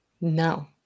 No